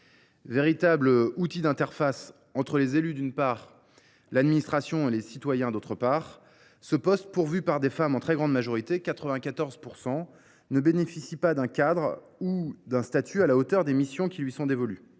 Véritable outil d’interface entre les élus, d’une part, l’administration et les citoyens, d’autre part, ce poste, pourvu par des femmes en très grande majorité – à 94 %–, ne bénéficie pas d’un cadre ou d’un statut à la hauteur des missions qui lui sont dévolues.